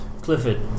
Clifford